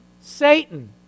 Satan